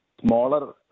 smaller